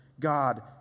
God